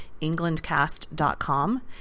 englandcast.com